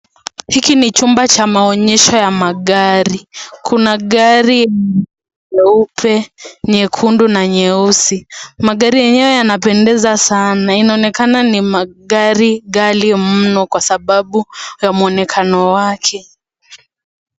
Hiki ni chumba cha maonyesho ya magari. Kuna gari leupe, nyekundu na nyeusi. Magari yenyewe yanapendeza sana. Inaonekana ni magari ghali mno kwa sababu ya muonekano wake.